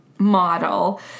model